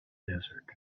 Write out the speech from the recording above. desert